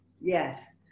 Yes